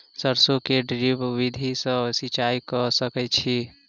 सैरसो मे ड्रिप विधि सँ सिंचाई कऽ सकैत छी की?